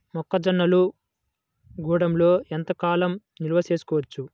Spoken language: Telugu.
మొక్క జొన్నలు గూడంలో ఎంత కాలం నిల్వ చేసుకోవచ్చు?